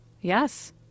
Yes